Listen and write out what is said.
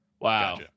Wow